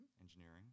engineering